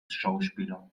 schauspieler